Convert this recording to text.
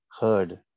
heard